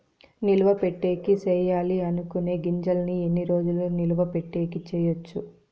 నిలువ పెట్టేకి సేయాలి అనుకునే గింజల్ని ఎన్ని రోజులు నిలువ పెట్టేకి చేయొచ్చు